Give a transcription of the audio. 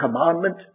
commandment